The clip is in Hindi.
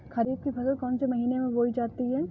खरीफ की फसल कौन से महीने में बोई जाती है?